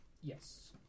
Yes